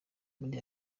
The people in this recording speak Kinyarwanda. muri